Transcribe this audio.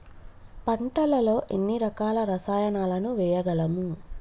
పంటలలో ఎన్ని రకాల రసాయనాలను వేయగలము?